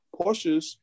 Porsches